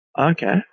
Okay